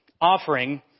offering